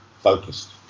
focused